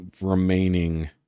remaining